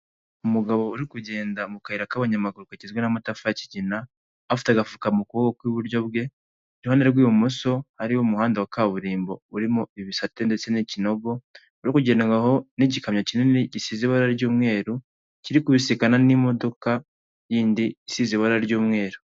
Umugabo uri kugenda mu kayira k'abanyamaguru kagizwe n'amatafari y'ikigina, afite agafuka mu kuboko kw'iburyo bwe, iruhande rw'ibumoso hari umuhanda wa kaburimbo urimo ibisate ndetse n'ikinogo, uri kugenderwaho n'igikamyo kinini gisize ibara ry'umweru, kiri kubisikana n'imodoka yindi isize ibara ry'umweru.